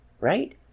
Right